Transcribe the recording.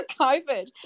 COVID